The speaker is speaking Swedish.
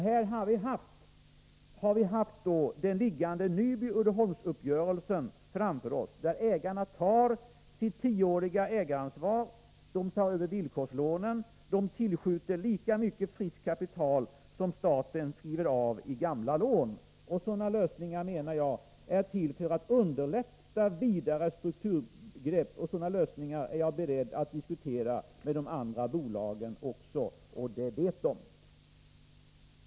Här har vi haft den liggande Nyby Uddeholms-uppgörelsen framför oss, där ägarna tar sitt tioåriga ägaransvar, tar över villkorslånen och tillskjuter lika mycket friskt kapital som staten skriver av i form av gamla lån. Sådana lösningar är till för att underlätta vidare strukturgrepp, och sådana lösningar är jag beredd att diskutera med de andra bolagen också — och det vet de.